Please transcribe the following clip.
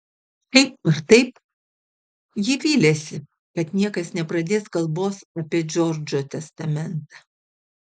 šiaip ar taip ji vylėsi kad niekas nepradės kalbos apie džordžo testamentą